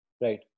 Right